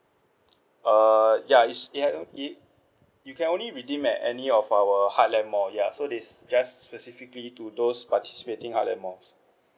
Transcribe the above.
uh ya it's uh it you can only redeem at any of our heartland mall ya so this just specifically to those participating heartland malls